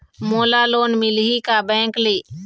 मोला लोन मिलही का बैंक ले?